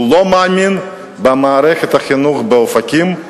הוא לא מאמין במערכת החינוך באופקים,